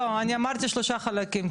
אני אמרתי שלושה חלקים,